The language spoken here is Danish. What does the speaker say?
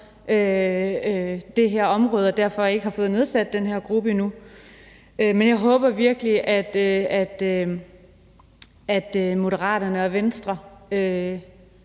det her område og derfor ikke har fået nedsat den her gruppe endnu, og jeg håber virkelig, at Moderaterne og Venstre